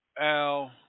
Al